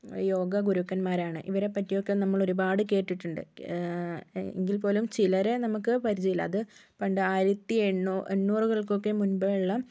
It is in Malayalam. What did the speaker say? യോഗാ ഗുരുക്കന്മാരാണ് ഇവരെപ്പറ്റിയൊക്കെ നമ്മൾ ഒരുപാട് കേട്ടിട്ടുണ്ട് എങ്കിൽപ്പോലും ചിലരെ നമുക്ക് പരിചയം ഇല്ല അത് പണ്ട് ആയിരത്തി എണ്ണൂ എണ്ണൂറുകൾക്കൊക്കെ മുൻപേയുള്ള